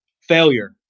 failure